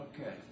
Okay